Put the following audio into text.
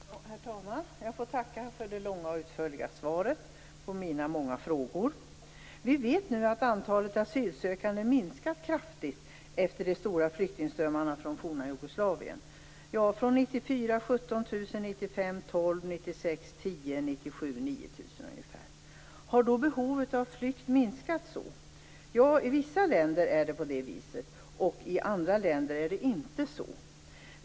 Herr talman! Jag får tacka för det långa och utförliga svaret på mina många frågor. Vi vet nu att antalet asylsökande minskat kraftigt efter de stora flyktingströmmarna från det forna Jugoslavien. 1994 kom 17 000, 1995 kom 12 000, 1996 kom 10 000 och 1997 kom 9 000 ungefär. Har då behovet av flykt minskat så? Ja, i vissa länder är det på det viset och i andra länder är det inte så.